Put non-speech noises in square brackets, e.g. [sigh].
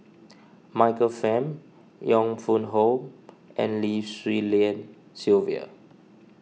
Michael Fam Yong Pung How and Lim Swee Lian Sylvia [noise]